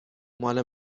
مال